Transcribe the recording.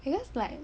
because like